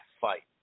fight